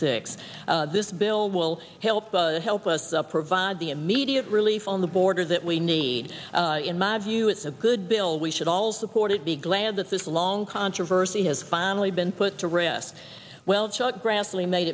six this bill will help help us the provide the immediate relief on the borders that we need in my view it's a good bill we should all support it be glad that this long controversy has finally been put to rest well chuck grassley made